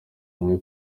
bumwe